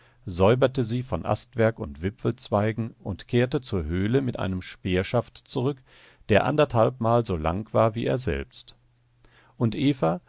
säuberte sie von astwerk und wipfelzweigen und kehrte zur höhle mit einem speerschaft zurück der anderthalbmal so lang war wie er selbst und eva